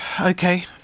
Okay